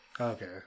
Okay